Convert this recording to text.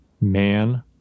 man